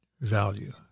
value